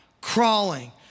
crawling